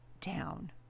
down